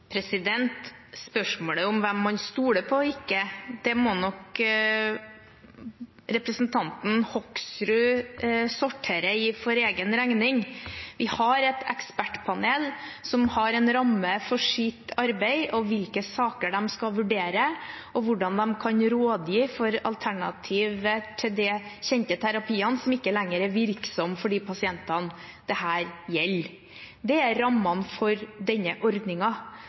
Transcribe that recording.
Spørsmålet om hvem man stoler på og ikke, må nok representanten sortere for egen regning. Vi har et ekspertpanel som har en ramme for sitt arbeid, hvilke saker de skal vurdere, og hvordan de kan rådgi om alternativ til de kjente terapiene som ikke lenger er virksomme for de pasientene dette gjelder. Det er rammene for denne